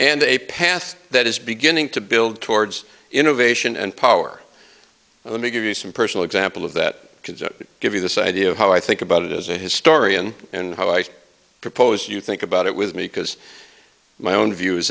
and a path that is beginning to build towards innovation and power let me give you some personal example of that give you this idea of how i think about it as a historian and how i propose you think about it with me because my own view